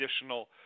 additional